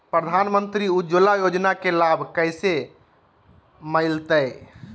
प्रधानमंत्री उज्वला योजना के लाभ कैसे मैलतैय?